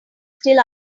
still